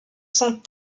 sont